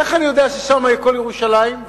איך אני יודע ששם הכול ירושלים,